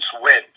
win